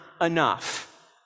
enough